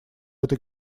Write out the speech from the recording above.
этой